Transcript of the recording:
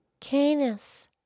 Canis